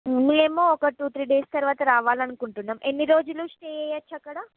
మేము ఒక two three days తరువాత రావాలనుకుంటున్నాము ఎన్ని రోజులు స్టే చేయచ్చు అక్కడ